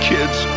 Kids